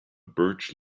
birch